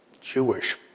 Jewish